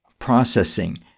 processing